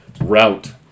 route